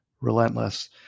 Relentless